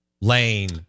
Lane